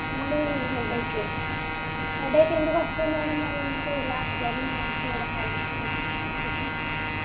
only headache headache ఎందుకు వస్తుంది madam మరి ఊరికే ఇలా జర్నీ చేయడం వలన లేకపోతే ఎందుకు మేడం